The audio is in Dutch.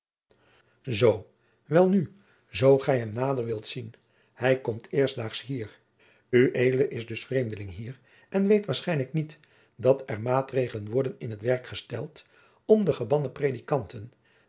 zoo welnu zoo gij hem nader wilt zien hij komt eerstdaags hier ued is dus vreemdeling hier en weet waarschijnlijk niet dat er maatregelen worden in t werk gesteld om de gebannen predikanten